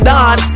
Don